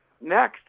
Next